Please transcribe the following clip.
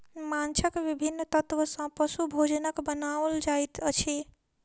माँछक विभिन्न तत्व सॅ पशु भोजनक बनाओल जाइत अछि